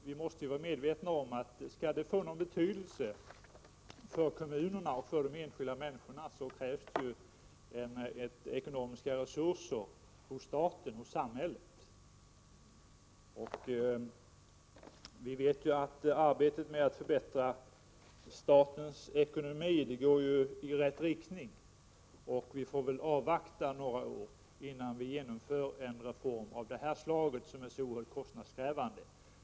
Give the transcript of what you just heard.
Vi måste dock vara medvetna om att skall det här få betydelse för kommunerna och de enskilda människorna krävs ekonomiska resurser hos staten. Vi vet att arbetet med att förbättra statens ekonomi går i rätt riktning. Vi får väl avvakta något år innan vi genomför en reform av detta slag som är så oerhört kostnadskrävande.